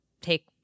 take